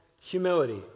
humility